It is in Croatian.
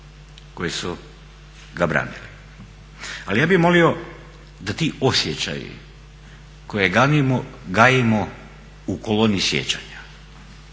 koji su ga branili. Ali ja bih molio da ti osjećaji koje gajimo u koloni sjećanja